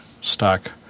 stock